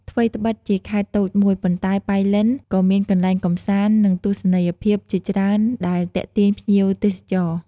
ថ្វីត្បិតជាខេត្តតូចមួយ ប៉ុន្តែប៉ៃលិនក៏មានកន្លែងកម្សាន្ត និងទស្សនីយភាពជាច្រើនដែលទាក់ទាញភ្ញៀវទេសចរ។